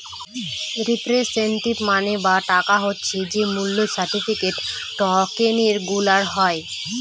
representative money বা টাকা হচ্ছে যে মূল্য সার্টিফিকেট, টকেনগুলার হয়